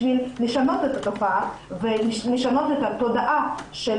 בשביל לשנות את התופעה ולשנות את התודעה של